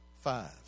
five